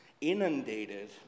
inundated